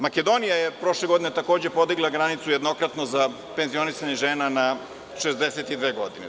Makedonija je prošle godine takođe podigla granicu jednokratno za penzionisanje žena na 62 godine.